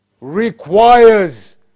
requires